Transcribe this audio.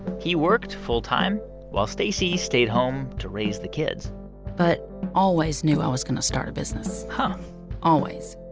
he worked full time while stacy stayed home to raise the kids but always knew i was going to start a business but always.